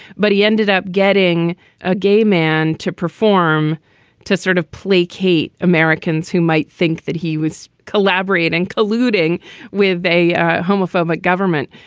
but he ended up getting a gay man to perform to sort of placate americans who might think that he was collaborating, colluding with a homophobic government.